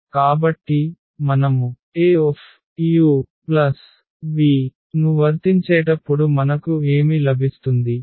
కాబట్టి మనము Auv ను వర్తించేటప్పుడు మనకు ఏమి లభిస్తుంది